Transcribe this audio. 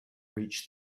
reach